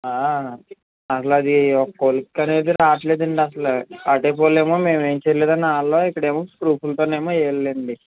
అసలది ఓ కొలిక్కనేది రావట్లేదండి అసలు అటువైపు వాళ్ళు ఏమో మేమేం చేయలేదని వాళ్ళు ఇక్కడేమో ప్రూఫ్లతోనేమో వీళ్ళండి